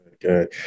Good